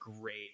great